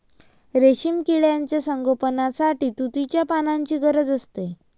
रेशीम किड्यांच्या संगोपनासाठी तुतीच्या पानांची गरज असते